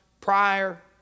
prior